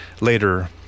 later